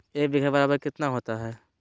एक बीघा बराबर कितना होता है?